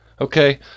Okay